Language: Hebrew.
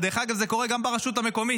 דרך אגב, זה קורה גם ברשות המקומית.